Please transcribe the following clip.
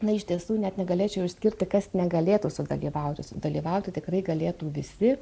na iš tiesų net negalėčiau išskirti kas negalėtų sudalyvauti sudalyvauti tikrai galėtų visi